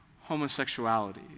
homosexuality